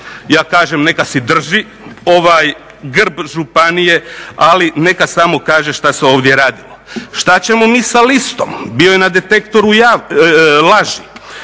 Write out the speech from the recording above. ja kažem neka si drži ovaj grb županije ali neka samo kaže šta se ovdje radilo. Šta ćemo mi sa listom, bio je na detektoru laži,